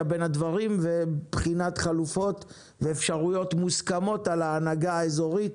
בין הדברים ובחינת חלופות ואפשרויות מוסכמות על ההנהגה האזורית